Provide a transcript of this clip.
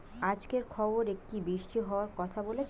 আজকের খবরে কি বৃষ্টি হওয়ায় কথা বলেছে?